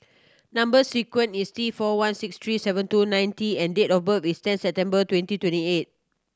number sequence is T four one six three seven two nine T and date of birth is ten September twenty twenty eight